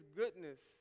goodness